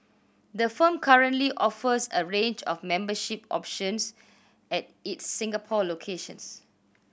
the firm currently offers a range of membership options at its Singapore locations